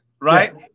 Right